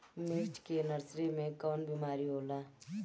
मिर्च के नर्सरी मे कवन बीमारी होला?